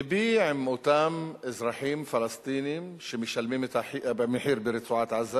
לבי עם אותם אזרחים פלסטינים שמשלמים את המחיר ברצועת-עזה